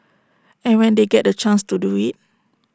and when they get the chance to do IT